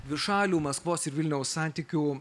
dvišalių maskvos ir vilniaus santykių